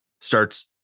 starts